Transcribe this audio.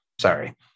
Sorry